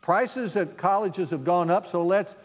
prices at colleges have gone up so let's